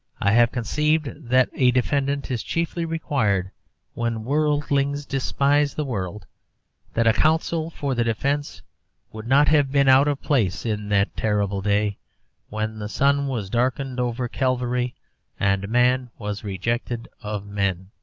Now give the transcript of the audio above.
i have conceived that a defendant is chiefly required when worldlings despise the world that a counsel for the defence would not have been out of place in that terrible day when the sun was darkened over calvary and man was rejected of men.